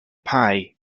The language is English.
pie